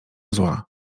zła